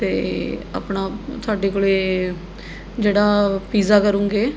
ਅਤੇ ਆਪਣਾ ਤੁਹਾਡੇ ਕੋਲ਼ੇ ਜਿਹੜਾ ਪੀਜ਼ਾ ਕਰੂੰਗੇ